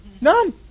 None